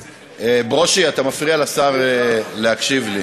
ברושי, אתה מפריע לשר להקשיב לי.